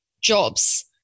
jobs